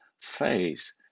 phase